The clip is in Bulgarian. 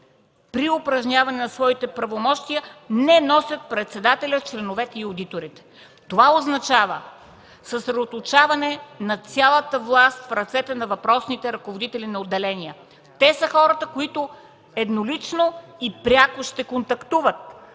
при упражняване на своите правомощия не носят председателят, членовете и одиторите. Това означава съсредоточаване на цялата власт в ръцете на въпросните ръководители на отделения. Те са хората, които еднолично и пряко ще контактуват